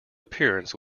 appearance